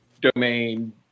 domain